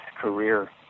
career